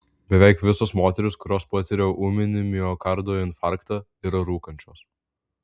beveik visos moterys kurios patiria ūminį miokardo infarktą yra rūkančios